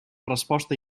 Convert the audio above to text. resposta